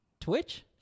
Twitch